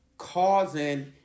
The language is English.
Causing